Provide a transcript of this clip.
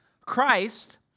Christ